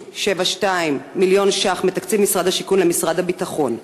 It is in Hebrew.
67.372 מיליון שקלים מתקציב משרד השיכון למשרד הביטחון.